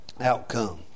outcome